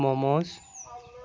momos